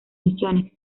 misiones